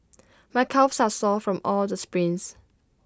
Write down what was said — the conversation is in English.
my calves are sore from all the sprints